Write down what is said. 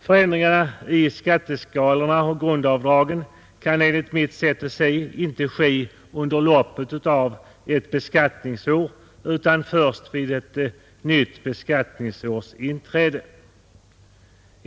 Förändringarna i skatteskalorna och grundavdragen kan enligt mitt sätt att se inte ske under loppet av ett beskattningsår utan först vid ett nytt beskattningsårs inträde.